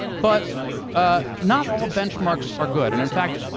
but ah not all benchmarks are good. and in fact,